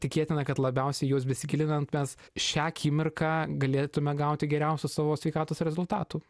tikėtina kad labiausiai juos besigilinant mes šią akimirką galėtume gauti geriausių savo sveikatos rezultatų